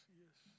yes